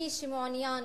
מי שמעוניין